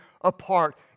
apart